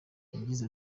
yagize